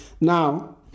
now